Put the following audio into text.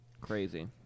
Crazy